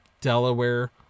Delaware